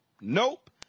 Nope